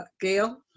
Gail